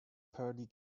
pearly